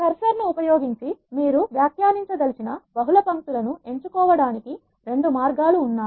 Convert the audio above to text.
cursor ను ఉపయోగించి మీరు వ్యాఖ్యానించదలిచిన బహుళ పంక్తులను ఎంచుకోవడానికి 2 మార్గాలు ఉన్నాయి